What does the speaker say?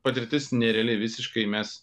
patirtis nereali visiškai mes